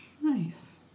Nice